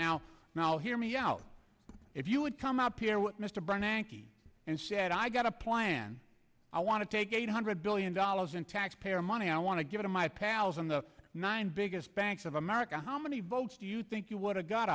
now now hear me out if you would come up here what mr bernanke and said i got a plan i want to take eight hundred billion dollars in taxpayer money i want to give to my pals on the nine biggest banks of america how many votes do you think you would have got